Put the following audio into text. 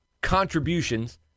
contributions